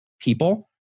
people